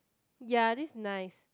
ya this is nice